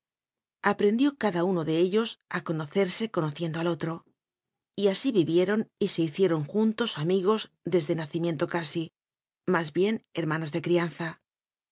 aprendió cada uno de ellos a conocerse conociendo al otro y así vivie ron y se hicieron'juntos amigos desde naci miento casi más bien hermanos de crianza